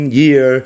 year